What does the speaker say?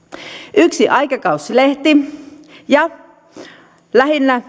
yksi aikakausilehti ja lähinnä